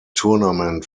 tournament